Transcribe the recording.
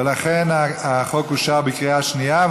החוק אושר בקריאה שנייה.